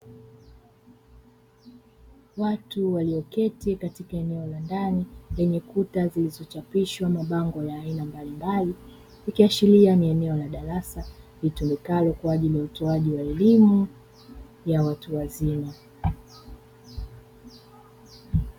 Watu walioketi katika eneo la ndani lenye ukuta ulio chapishwa mabango ya aina mbalimbali, ikiashiria ni eneo la darasa litumikalo kwaajili ya utoaji wa elimu ya watu wazima